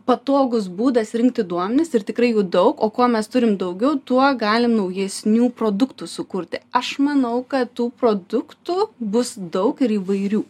patogus būdas rinkti duomenis ir tikrai jų daug o kuo mes turim daugiau tuo galim naujesnių produktų sukurti aš manau kad tų produktų bus daug ir įvairių